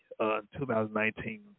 2019